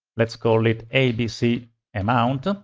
let's call it abc amount